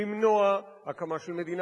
למנוע הקמה של מדינה פלסטינית.